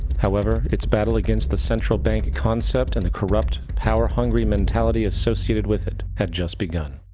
however, its battle against the central bank concept and the corrupt, power-hungry mentality associated with it had just begun.